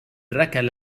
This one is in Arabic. ركل